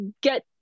get